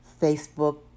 Facebook